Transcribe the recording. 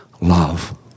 love